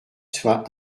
soit